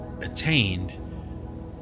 attained